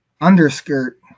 underskirt